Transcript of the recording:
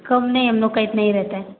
कम नहीं हम लोग का इतना ही रहता है